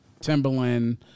Timberland